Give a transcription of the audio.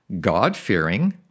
God-fearing